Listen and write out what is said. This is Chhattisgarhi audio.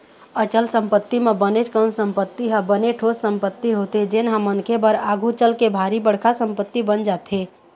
अचल संपत्ति म बनेच कन संपत्ति ह बने ठोस संपत्ति होथे जेनहा मनखे बर आघु चलके भारी बड़का संपत्ति बन जाथे